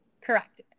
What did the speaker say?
Correct